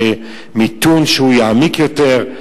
יהיה מיתון שיעמיק יותר.